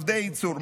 עובדי ייצור,